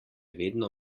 vedno